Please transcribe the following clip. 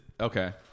okay